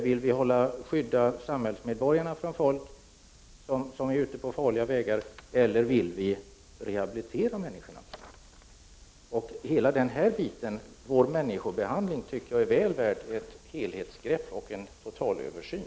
Vill vi skydda samhällsmedborgarna från folk som är ute på farliga vägar, eller vill vi rehabilitera dessa människor? Jag anser att helhetssynen på vår människobehandling är väl värd ett helhetsgrepp och en total översyn.